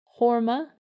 Horma